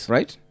Right